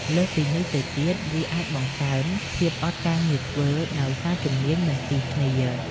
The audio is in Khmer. លើសពីនេះទៅទៀត វាអាចបង្កើន ភាពអត់ការងារធ្វើដោយសារជំនាញមិនស៊ីគ្នា ។